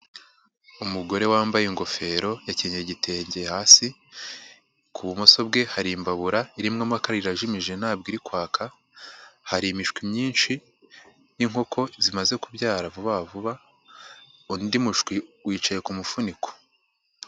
Umugore wambaye ingofero, yakenyeye igitenge hasi, ku bumoso bwe hari imbabura irimo amakara irajimije ntabwo iri kwaka, hari imishwi myinshi y'inkoko zimaze kubyara vuba vuba, undi mushwi wicaye ku mufuniko.